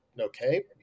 okay